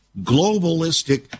globalistic